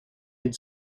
had